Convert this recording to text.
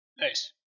nice